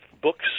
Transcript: books